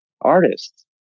artists